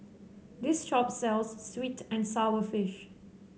this shop sells sweet and sour fish